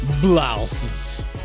blouses